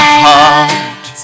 heart